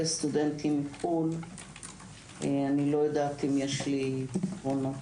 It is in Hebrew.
סטודנטים מחו"ל - אני לא יודעת אם יש לי פתרונות.